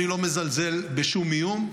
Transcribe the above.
אני לא מזלזל בשום איום.